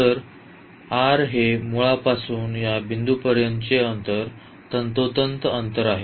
तर r हे मूळपासून या बिंदूपर्यंतचे अगदी तंतोतंत अंतर आहे